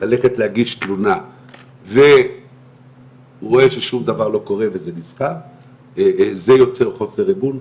ללכת להגיש תלונה ורואה ששום דבר לא קורה וזה זה יוצר חוסר אמון,